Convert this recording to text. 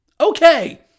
Okay